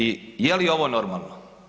I je li ovo normalno?